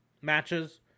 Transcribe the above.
matches